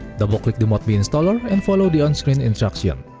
double click the modmii installer and follow the onscreen instruction.